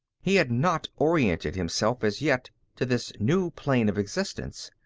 he had not oriented himself as yet to this new plane of existence.